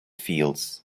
fields